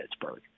Pittsburgh